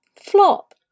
flop